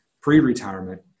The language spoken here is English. pre-retirement